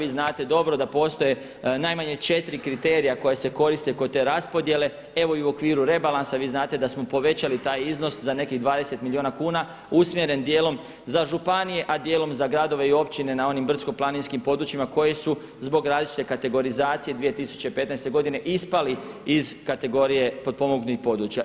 Vi znate dobro da postoje najmanje četiri kriterija koja se koristi kod te raspodjele, evo i u okviru rebalansa vi znate da smo povećali taj iznos za nekih 20 milijuna kuna usmjeren dijelom za županije, a dijelom za gradove i općine na onim brdsko-planinskim područjima koji su zbog različite kategorizacije 2015. godine ispali iz kategorije potpomognutih područja.